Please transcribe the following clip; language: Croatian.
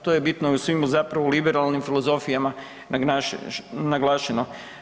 To je bitno u svim zapravo liberalnim filozofijama naglašeno.